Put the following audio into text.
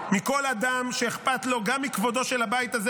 מכל אדם שאכפת לו גם מכבודו של הבית הזה,